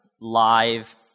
live